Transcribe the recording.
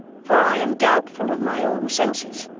for i am doubtful of my own senses.